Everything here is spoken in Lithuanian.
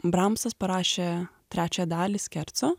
bramsas parašė trečią dalį skerco